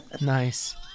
Nice